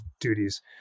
duties